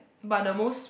but the most